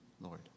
Lord